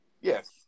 Yes